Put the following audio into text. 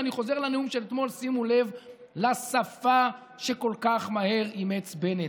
ואני חוזר לנאום של אתמול: שימו לב לשפה שכל כך מהר אימץ בנט,